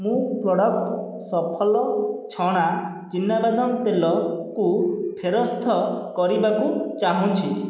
ମୁଁ ପ୍ରଡ଼କ୍ଟ୍ ସଫଲ ଛଣା ଚିନାବାଦାମ ତେଲକୁ ଫେରସ୍ତ କରିବାକୁ ଚାହୁଁଛି